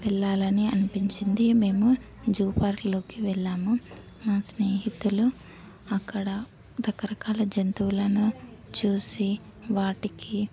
వెళ్ళాలని అనిపించింది మేము జూ పార్క్లోకి వెళ్ళాము నా స్నేహితులు అక్కడ రకరకాల జంతువులను చూసి వాటికి